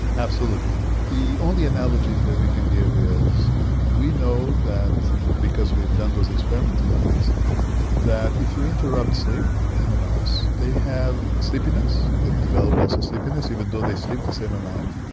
absolutely. the only analogies that we can give is we know that because we have done those experiments in mice that if you interrupt sleep in a mouse they have sleepiness, they develop also sleepiness even though they sleep the same amount,